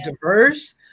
diverse